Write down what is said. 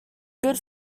good